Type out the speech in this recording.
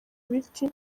ibiti